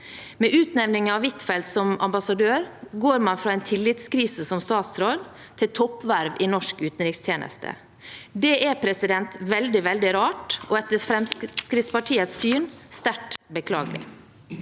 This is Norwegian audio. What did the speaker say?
Med utnevningen av Huitfeldt som ambassadør går man fra en tillitskrise som statsråd til toppverv i norsk utenrikstjeneste. Det er veldig, veldig rart og etter Fremskrittspartiets syn sterkt beklagelig.